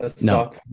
no